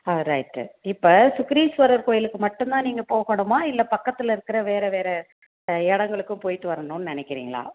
ஆ right இப்போ சுக்ரீஸ்வரர் கோயிலுக்கு மட்டும்தான் நீங்கள் போகணுமா இல்லை பக்கத்தில் இருக்கிற வேறு வேறு இடங்களுக்கும் போய்விட்டு வரணுனு நினைக்கிறீங்களா